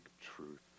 truth